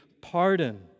pardon